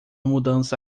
mudança